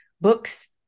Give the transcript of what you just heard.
books